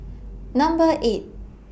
Number eight